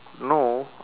no